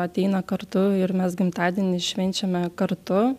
ateina kartu ir mes gimtadienį švenčiame kartu